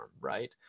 right